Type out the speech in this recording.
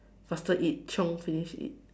faster eat chiong finish eat